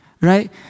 right